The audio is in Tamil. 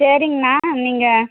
சேரிங்கணா நீங்கள்